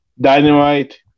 dynamite